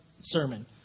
sermon